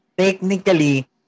Technically